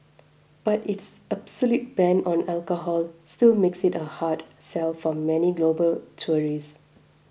but its absolute ban on alcohol still makes it a hard sell for many global tourists